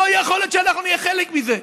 לא יכול להיות שאנחנו נהיה חלק מזה.